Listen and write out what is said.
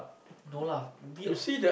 no lah the